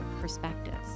perspectives